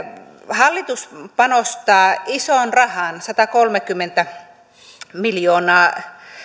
hallitus panostaa isoon rahaan satakolmekymmentä miljoonaa